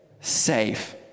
Safe